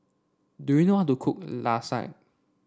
do you know how to cook Lasagne